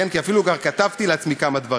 כי אפילו כבר כתבתי לעצמי כמה דברים.